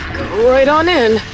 go right on in,